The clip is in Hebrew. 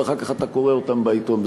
ואחר כך אתה קורא אותם בעיתון.